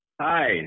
Hi